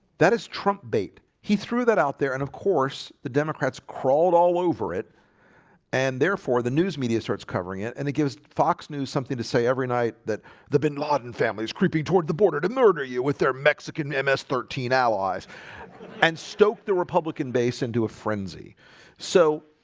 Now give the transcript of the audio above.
that is trump bait. he threw that out there and of course the democrats crawled all over it and therefore the news media starts covering it and it gives fox news something to say every night that the bin laden family is creeping toward the border to murder you with their mexican ms thirteen allies and stoke the republican base into a frenzy so,